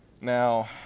Now